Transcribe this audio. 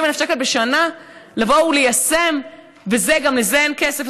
50,000 בשנה לבוא וליישם, וזה, גם לזה אין כסף?